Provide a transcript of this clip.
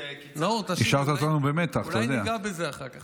נאור, תשאיר לי, אולי ניגע בזה אחר כך.